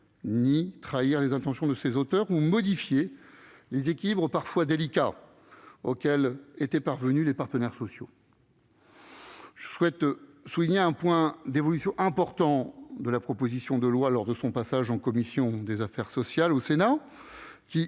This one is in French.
ni trahir les intentions de ses auteurs ou modifier les équilibres parfois délicats auxquels étaient parvenus les partenaires sociaux. Je souhaite souligner un point sur lequel la proposition de loi a subi une nette évolution lors de son passage en commission des affaires sociales au Sénat